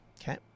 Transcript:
Okay